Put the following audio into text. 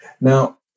Now